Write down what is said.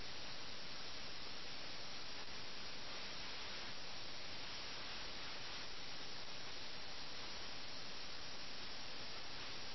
അതിനാൽ ഈ നാമവിശേഷണങ്ങളെല്ലാം ഒരു തരത്തിൽ ലഖ്നൌ നഗരത്തിന് യോജിച്ചതാണ്